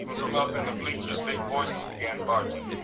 from up in the bleachers big voices began barking,